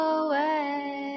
away